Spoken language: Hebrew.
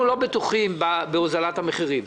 אנחנו לא בטוחים בעניין הוזלת המחירים.